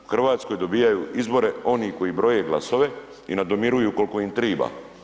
U Hrvatskoj dobijaju izbore oni koji broje glasove i nadomiruju koliko im triba.